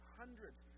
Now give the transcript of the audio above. hundreds